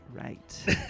Right